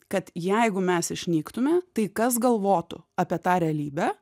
kad jeigu mes išnyktume tai kas galvotų apie tą realybę